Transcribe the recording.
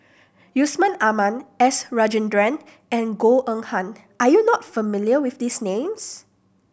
Yusman Aman S Rajendran and Goh Eng Han are you not familiar with these names